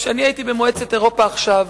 כשאני הייתי במועצת אירופה עכשיו,